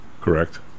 Correct